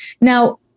Now